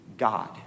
God